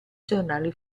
giornali